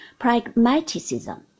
pragmaticism